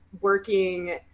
working